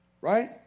right